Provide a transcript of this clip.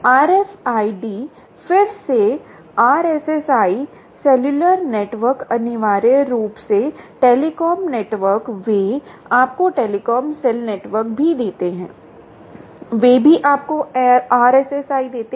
RFID फिर से RSSI cellular network अनिवार्य रूप से टेलीकॉम नेटवर्क वे आपको टेलीकॉम सेल नेटवर्क भी देते हैं वे भी आपको RSSI देते हैं